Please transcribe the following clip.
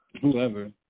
whoever